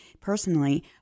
personally